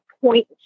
point